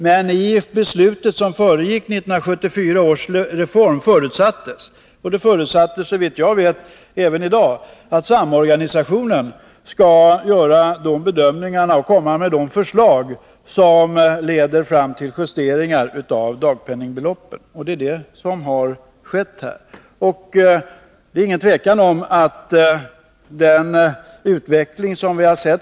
Men i beslutet som föregick 1974 års reform förutsattes — och det förutsätts såvitt jag vet även i dag — att samorganisationen skall göra bedömningarna och komma med de förslag som leder fram till justeringar av dagpenningbeloppen. Det är detta som skett här.